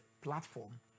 platform